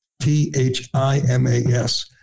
T-H-I-M-A-S